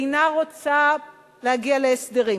אינה רוצה להגיע להסדרים,